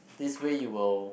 this way you will